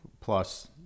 plus